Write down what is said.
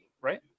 right